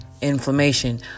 inflammation